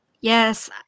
yes